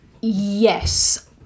Yes